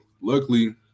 luckily